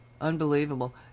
Unbelievable